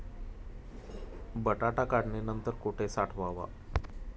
बटाटा काढणी नंतर कुठे साठवावा?